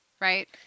right